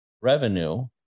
revenue